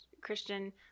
Christian